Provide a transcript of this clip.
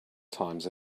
times